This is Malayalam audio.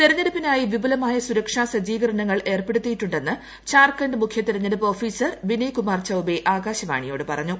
തെരഞ്ഞെടുപ്പിനായി വിപുലമായ സുരക്ഷാ സജ്ജീകരണങ്ങൾ ഏർപ്പെടുത്തിയിട്ടുണ്ടെന്ന് ജാർഖണ്ഡ് മുഖ്യ തെരഞ്ഞെടുപ്പ് ഓഫീസർ വിനയ് കുമാർ ചൌബെ ആകാശവാണിയോട് പറഞ്ഞു